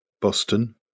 Boston